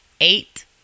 eight